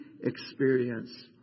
experience